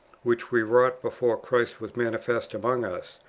which we wrought before christ was manifested among us,